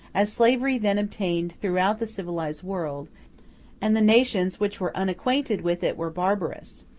as slavery then obtained throughout the civilized world and the nations which were unacquainted with it were barbarous.